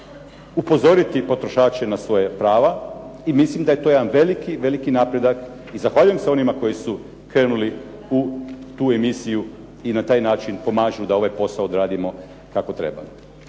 upozoriti potrošače na svoja prava i mislim da je to jedan veliki, veliki napredak i zahvaljujem se onima koji su krenuli u tu emisiju i na taj način pomažu da ovaj posao odradimo kako treba.